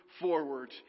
forward